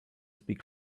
speak